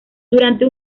durante